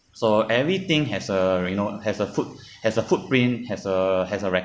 so everything has a you know has a foot has a footprint has a has a record